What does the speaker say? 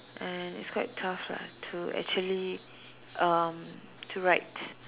and it's quite tough lah to actually um to write